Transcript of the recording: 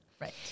Right